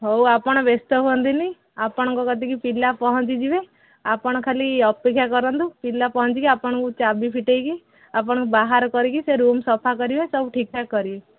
ହଉ ଆପଣ ବ୍ୟସ୍ତ ହୁଅନ୍ତୁନି ଆପଣଙ୍କ ପାଖକୁ ପିଲା ପହଞ୍ଚିଯିବେ ଆପଣ ଖାଲି ଅପେକ୍ଷା କରନ୍ତୁ ପିଲା ପହଞ୍ଚିକି ଆପଣଙ୍କୁ ଚାବି ଫିଟେଇକି ଆପଣଙ୍କୁ ବାହାର କରିକି ସେ ରୁମ୍ ସଫା କରିବେ ସବୁ ଠିକ ଠାକ୍ କରିବେ